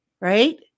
right